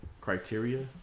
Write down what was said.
criteria